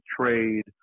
trade